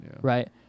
right